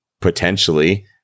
potentially